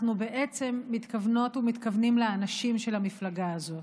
אנחנו בעצם מתכוונות ומתכוונים לאנשים של המפלגה הזאת.